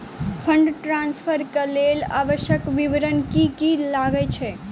Fund transfer केँ लेल आवश्यक विवरण की की लागै छै?